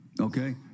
Okay